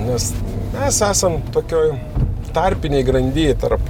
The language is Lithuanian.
nes mes esam tokioj tarpinėj grandy tarp